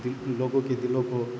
لوگوں کے دلوں کو